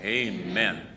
amen